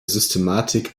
systematik